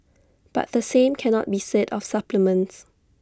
but the same cannot be said of supplements